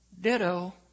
Ditto